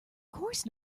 course